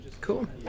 Cool